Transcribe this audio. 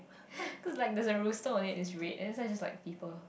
cause like there's a rooster on it it's red and then this one is just like people